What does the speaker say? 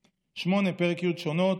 8. פרק י' (שונות),